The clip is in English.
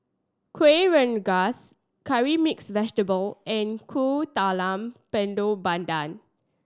Kuih Rengas Curry Mixed Vegetable and Kuih Talam Tepong Pandan